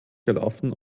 gelaufen